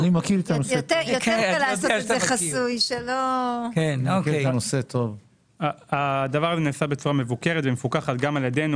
הדבר הזה נעשה בצורה מבוקרת ומפוקחת על ידנו